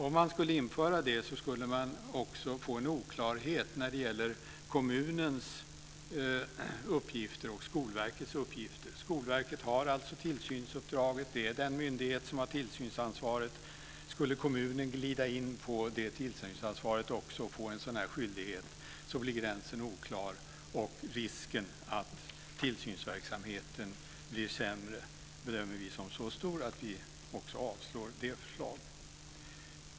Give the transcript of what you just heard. Om man skulle införa det skulle man också få en oklarhet när det gäller kommunens uppgifter och Skolverkets uppgifter. Skolverket har tillsynsuppdraget. Det är den myndighet som har tillsynsansvaret. Skulle kommunen också glida in på detta tillsynsansvar och få en sådan skyldighet blir gränsen oklar. Risken att tillsynsverksamheten blir sämre bedömer vi som så stor att vi också avstyrker detta förslag.